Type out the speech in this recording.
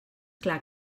clar